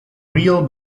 real